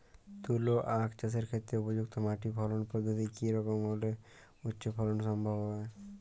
তুলো আঁখ চাষের ক্ষেত্রে উপযুক্ত মাটি ফলন পদ্ধতি কী রকম হলে উচ্চ ফলন সম্ভব হবে?